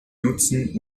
nutzen